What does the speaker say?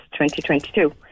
2022